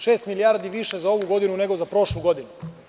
Šest milijardi više za ovu godinu, nego za prošlu godinu.